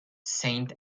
saint